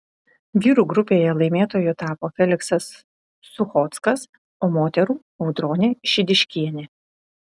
vyrų grupėje laimėtoju tapo feliksas suchockas o moterų audronė šidiškienė